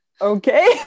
okay